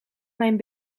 mijn